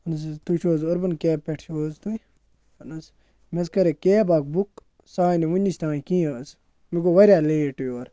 اہن حظ تُہۍ چھُو حظ أربَن کیب پٮ۪ٹھ چھِو حظ تُہۍ اہن حظ مےٚ حظ کَرے کیب اَکھ بُک سُہ آے نہٕ ؤنِس تانۍ کِہیٖنۍ حظ مےٚ گوٚو واریاہ لیٹ یور